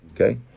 Okay